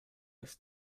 else